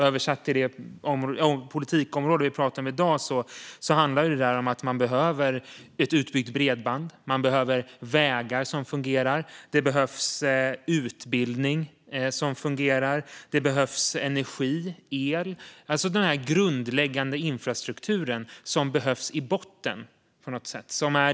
Översatt till det politikområde vi talar om i dag handlar det om att man behöver utbyggt bredband, vägar som fungerar, utbildning som fungerar, energi och el, alltså den grundläggande infrastruktur som behövs i botten.